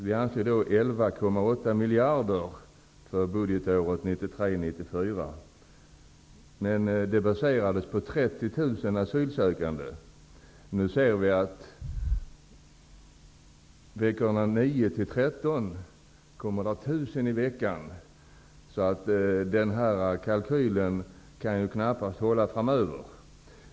Då anslogs 11,8 miljarder för budgetåret 1993/94. Beloppet baserades på 30 000 asylsökande. Nu kan vi se att det under veckorna 9--13 kommer 1 000 asylsökande i veckan. Kalkylen kan därför knappast hålla framöver.